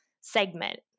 segment